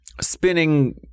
Spinning